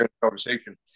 conversation